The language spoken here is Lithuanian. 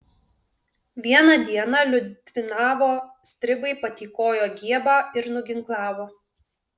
vieną dieną liudvinavo stribai patykojo giebą ir nuginklavo